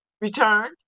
returned